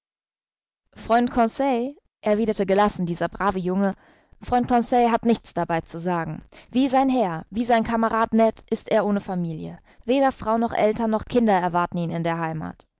freund conseil erwiderte gelassen dieser brave junge freund conseil hat nichts dabei zu sagen wie sein herr wie sein kamerad ned ist er ohne familie weder frau noch eltern noch kinder erwarten ihn in der heimat